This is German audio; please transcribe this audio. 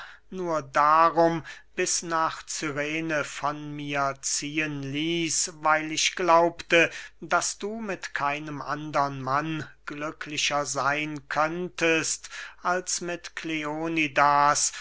nur darum bis nach cyrene von mir ziehen ließ weil ich glaubte daß du mit keinem andern manne glücklicher seyn könntest als mit